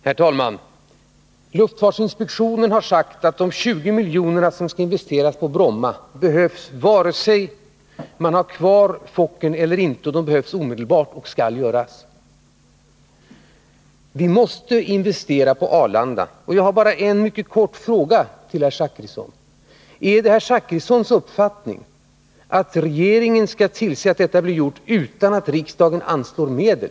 Herr talman! Luftfartsinspektionen har sagt att de 20 miljoner som skall investeras på Bromma behövs vare sig man har kvar Fokkern eller inte, och de behövs omedelbart. Herr Zachrisson säger att vi måste investera på Arlanda, och då har jag bara en mycket kort fråga: Är det herr Zachrissons uppfattning att regeringen skall tillse att detta blir gjort utan att riksdagen anslår medel?